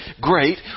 Great